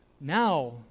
now